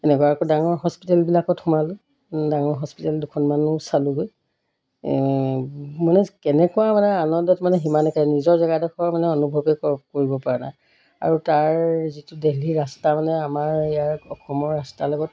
এনেকুৱা আকৌ ডাঙৰ হস্পিটেলবিলাকত সোমালোঁ ডাঙৰ হস্পিটেল দুখনমানো চালোঁগৈ মানে কেনেকুৱা মানে আনন্দত মানে সিমান একে নিজৰ জেগাডোখৰ মানে অনুভৱেই কৰিবপৰা নাই আৰু তাৰ যিটো দেলহী ৰাস্তা মানে আমাৰ ইয়াৰ অসমৰ ৰাস্তাৰ লগত